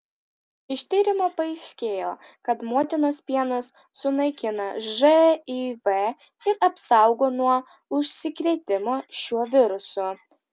iš tyrimo paaiškėjo kad motinos pienas sunaikina živ ir apsaugo nuo užsikrėtimo šiuo virusu